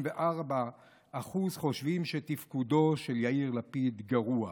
54% חושבים שתפקודו של יאיר לפיד גרוע.